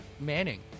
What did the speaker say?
Manning